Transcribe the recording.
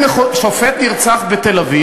ניתנת לו פה